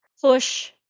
push